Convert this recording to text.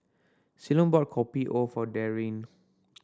Ceylon bought Kopi O for Darryn